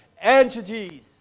entities